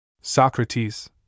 Socrates